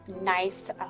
nice